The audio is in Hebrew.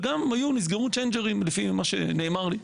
וגם נסגרו צ'יינג'רים לפי מה שנאמר לי.